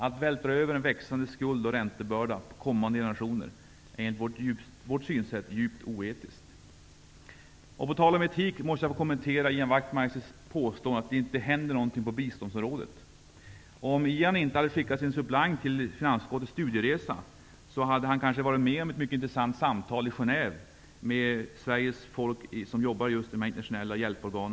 Att vältra över en växande skuld och räntebörda på kommande generationer är enligt vårt synsätt djupt oetiskt. På tal om etik måste jag få kommentera Ian Wachtmeisters påstående att det inte händer någonting på biståndsområdet. Om inte Ian Wachtmeister hade skickat sin suppleant på finansutskottets studieresa hade han fått vara med om ett mycket intressant samtal i Genève med Sveriges folk i dessa internationella hjälporgan.